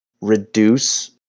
reduce